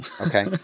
okay